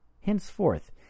Henceforth